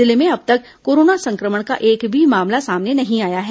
जिले में अब तक कोरोना संक्रमण का एक भी मामला सामने नहीं आया है